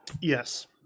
Yes